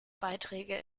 beiträge